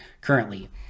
currently